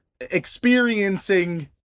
experiencing